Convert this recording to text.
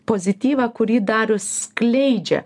pozityvą kurį darius skleidžia